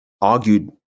argued